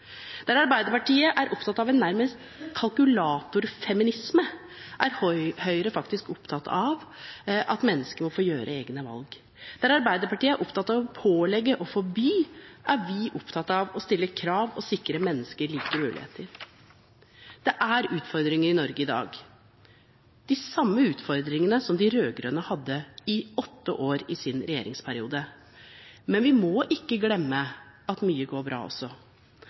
Der Arbeiderpartiet er opptatt av en nærmest kalkulatorfeminisme, er Høyre faktisk opptatt av at mennesker må få gjøre egne valg. Der Arbeiderpartiet er opptatt av å pålegge og forby, er vi opptatt av å stille krav og sikre mennesker like muligheter. Det er utfordringer i Norge i dag, de samme utfordringene som de rød-grønne hadde i åtte år i sin regjeringsperiode, men vi må ikke glemme at mye går bra også.